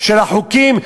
של החוקים,